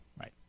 Right